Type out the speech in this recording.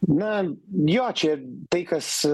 na jo čia tai kas